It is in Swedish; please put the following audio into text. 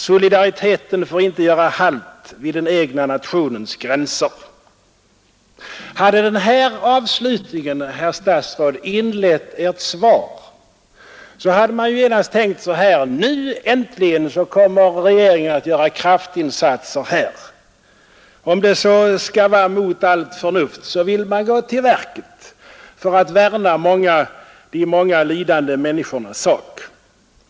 Solidariteten får inte göra halt vid den egna nationens gränser.” Hade denna avslutning, herr statsråd, inlett Ert svar, hade man genast tänkt: Nu äntligen kommer regeringen att göra kraftinsatser! Om det så skall vara mot allt förnuft, vill regeringen gå till verket för att värna de många lidande människornas sak.